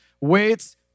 waits